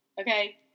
Okay